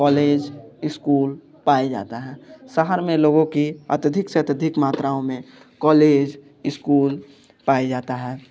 college school पाया जाता है शहर में लोगों की अत्यधिक से अत्यधिक मात्राओं में कॉलेज स्कूल पाए जाता है